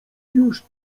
już